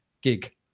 gig